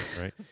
right